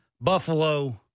Buffalo